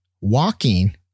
walking